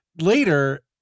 later